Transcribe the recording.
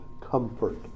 comfort